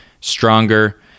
stronger